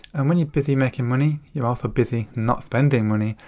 and when you're busy making money, you're also busy not spending money.